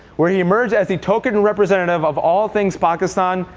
where he emerged as the token representative of all things pakistan,